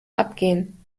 abgehen